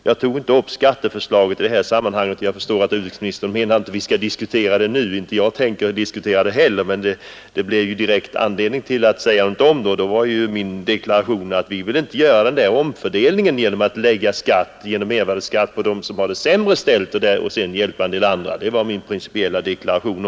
Jag tog inte upp skatteförslaget i det här sammanhanget. Jag förstår att utrikesministern menade att vi inte skall diskutera det nu, och jag tänker inte heller göra det, men det uppstod en direkt anledning att säga något om det, och då var min deklaration att vi inte vill göra om fördelningen så att man lägger mer skatt — i form av mervärdeskatt — på dem som har det sämre ställt och hjälper en del andra. Det var min principiella deklaration.